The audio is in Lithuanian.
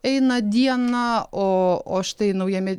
eina dieną o o štai naujame